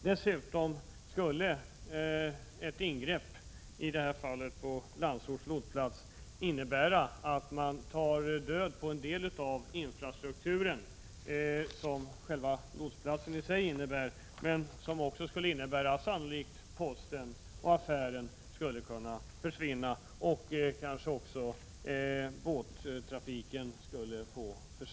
Dessutom skulle ett ingrepp på Landsorts lotsplats — i det här fallet — medföra att man tar död på den del av infrastrukturen som själva lotsplatsen innebär. Det skulle också sannolikt medföra att postkontoret och affären skulle försvinna. Kanske skulle det också bli försämringar i båttrafiken.